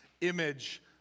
image